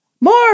more